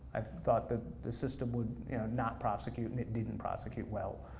i thought that the system would not prosecute, and it didn't prosecute well,